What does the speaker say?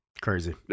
crazy